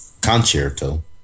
Concerto